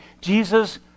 Jesus